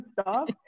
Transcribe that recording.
stop